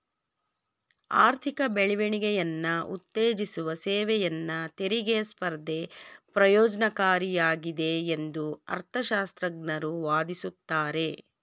ಆರ್ಥಿಕ ಬೆಳವಣಿಗೆಯನ್ನ ಉತ್ತೇಜಿಸುವ ಸೇವೆಯನ್ನ ತೆರಿಗೆ ಸ್ಪರ್ಧೆ ಪ್ರಯೋಜ್ನಕಾರಿಯಾಗಿದೆ ಎಂದು ಅರ್ಥಶಾಸ್ತ್ರಜ್ಞರು ವಾದಿಸುತ್ತಾರೆ